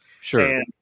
Sure